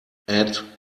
add